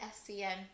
scm